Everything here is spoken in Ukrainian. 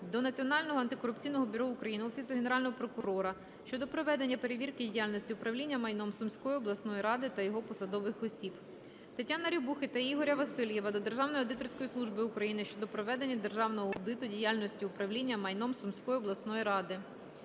до Національного антикорупційного бюро України, Офісу Генерального прокурора щодо проведення перевірки діяльності управління майном Сумської обласної ради та його посадових осіб. Тетяни Рябухи та Ігоря Васильєва до Державної аудиторської служби України щодо проведення державного аудиту діяльності управління майном Сумської обласної ради.